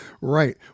right